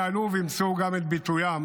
יעלו וימצאו גם את ביטוין.